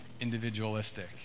individualistic